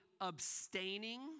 abstaining